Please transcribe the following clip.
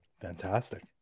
Fantastic